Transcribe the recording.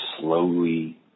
slowly